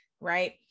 right